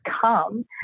come